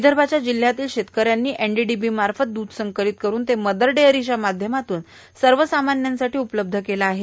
विदर्भाच्या जिल्हयांतील शेतकऱ्यांनी एनडीडीबी मार्फत दूध संकलित करून ते मदर डेअरीसच्या माध्यमातून सर्वसामान्यांसाठी उपलब्ध केले आहे